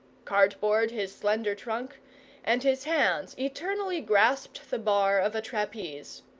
cardboard his slender trunk and his hands eternally grasped the bar of a trapeze.